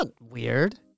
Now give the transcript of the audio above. weird